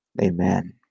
amen